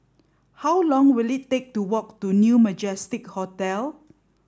how long will it take to walk to New Majestic Hotel